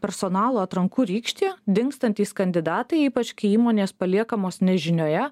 personalo atrankų rykštė dingstantys kandidatai ypač kai įmonės paliekamos nežinioje